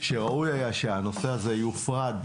שראוי היה שהנושא הזה יופרד,